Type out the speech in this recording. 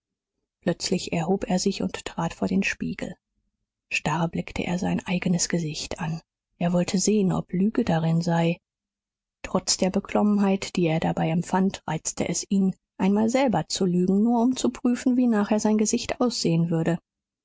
plötzlich erhob er sich und trat vor den spiegel starr blickte er sein eignes gesicht an er wollte sehen ob lüge darin sei trotz der beklommenheit die er dabei empfand reizte es ihn einmal selber zu lügen nur um zu prüfen wie nachher sein gesicht aussehen würde